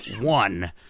One